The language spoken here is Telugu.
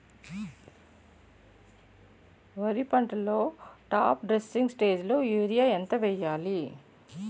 వరి పంటలో టాప్ డ్రెస్సింగ్ స్టేజిలో యూరియా ఎంత వెయ్యాలి?